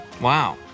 Wow